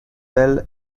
well